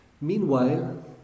Meanwhile